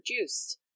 produced